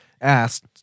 asked